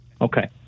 Okay